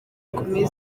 kumi